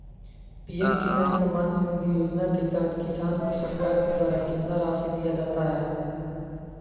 PM Kisan Samman Nidhi Yojana के तहत किसान को सरकार के द्वारा कितना रासि दिया जाता है?